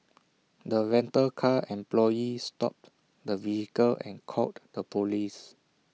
the rental car employee stopped the vehicle and called the Police